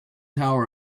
tower